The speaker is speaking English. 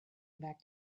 back